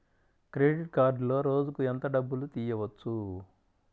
Credit కార్డులో రోజుకు ఎంత డబ్బులు తీయవచ్చు?